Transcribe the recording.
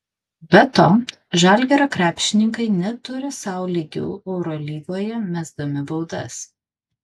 be to žalgirio krepšininkai neturi sau lygių eurolygoje mesdami baudas